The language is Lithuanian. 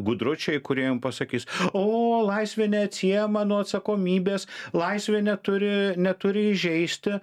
gudručiai kurie jum pasakys o laisvė neatsiejama nuo atsakomybės laisvė neturi neturi įžeisti